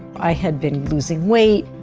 i had been losing weight,